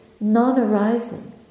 non-arising